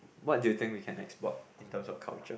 what do you think we can export in terms of culture